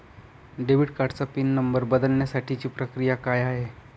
Debit कार्डचा PIN number बदलण्यासाठीची प्रक्रिया काय आहे?